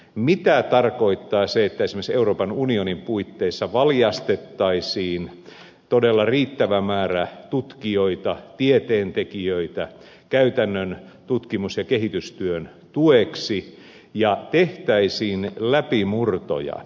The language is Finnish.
mitä tarkoittaa se että esimerkiksi euroopan unionin puitteissa valjastettaisiin todella riittävä määrä tutkijoita tieteentekijöitä käytännön tutkimus ja kehitystyön tueksi ja tehtäisiin läpimurtoja